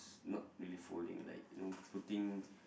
not really folding like you know putting